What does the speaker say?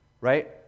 right